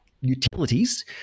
utilities